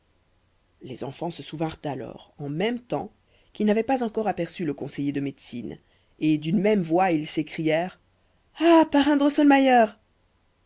les enfants se souvinrent alors en même temps qu'ils n'avaient pas encore aperçu le conseiller de médecine et d'une même voix ils s'écrièrent ah